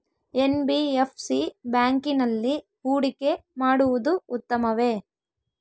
NBFC ಬ್ಯಾಂಕಿನಲ್ಲಿ ಹೂಡಿಕೆ ಮಾಡುವುದು ಉತ್ತಮವೆ?